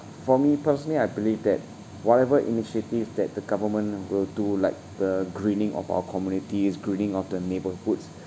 for me personally I believe that whatever initiatives that the government will do like the greening of our communities greening of the neighbourhoods